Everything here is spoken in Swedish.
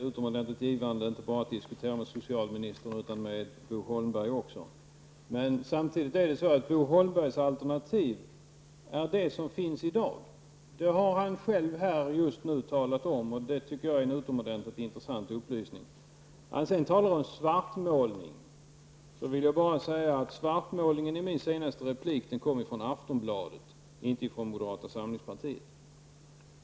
Herr talman! Låt mig inleda med att säga att det är utomordentligt givande att diskutera inte bara med socialministern utan också med Bo Holmberg. De alternativ som Bo Holmberg talar för är de alternativ som finns i dag. Det har han alldeles nyss själv talat om, och det är en utomordentligt intressant upplysning. Bo Holmberg påstår vidare att jag svartmålar den svenska sjukvårdsmodellen. Men svartmålningen i min senaste replik kommer från Aftonbladet och inte från moderata samlingspartiet.